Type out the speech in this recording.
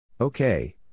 Okay